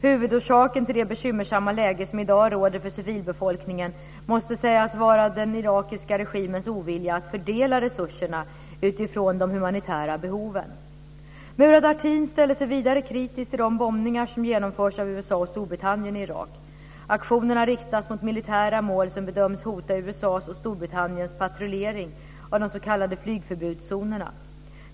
Huvudorsaken till det bekymmersamma läge som i dag råder för civilbefolkningen måste sägas vara den irakiska regimens ovilja att fördela resurserna utifrån de humanitära behoven. Murad Artin ställer sig vidare kritisk till de bombningar som genomförs av USA och Storbritannien i Irak. Aktionerna riktas mot militära mål som bedöms hota USA:s och Storbritanniens patrullering av de s.k. flygförbudszonerna.